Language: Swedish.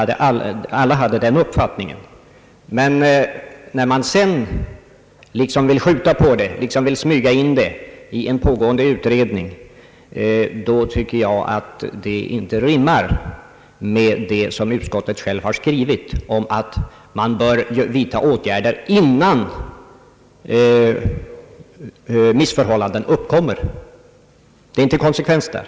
När man sedan vill skjuta på översynen och liksom smyga in detta i en pågående utredning, då tycker jag att detta inte rimmar med vad utskottet självt har skrivit om att man bör vidta åtgärder innan missförhållanden uppkommer. Det är ingen konsekvens däri.